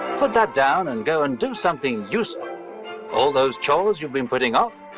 put that down and go and do something useful all those chores you've been putting off.